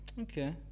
Okay